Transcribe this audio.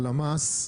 הלמ"ס,